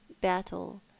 battle